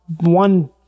one